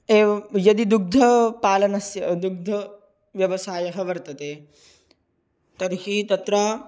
एवं यदि दुग्धापालनस्य दुग्धव्यवसायः वर्तते तर्हि तत्र